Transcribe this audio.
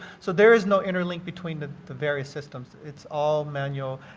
so there is no inner link between the the various systems. it's all manual,